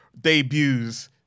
debuts